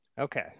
Okay